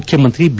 ಮುಖ್ಯಮಂತ್ರಿ ಬಿ